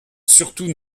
surtout